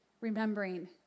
remembering